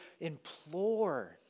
implore